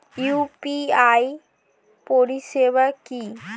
UPI পরিষেবা কি?